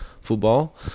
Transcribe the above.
Football